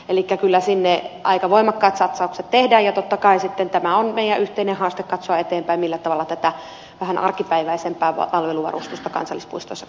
elikkä kyllä sinne aika voimakkaat satsaukset tehdään ja totta kai sitten tämä on meidän yhteinen haaste katsoa eteenpäin millä tavalla tätä vähän arkipäiväisempää palveluvarustusta kansallispuistoissa kehitetään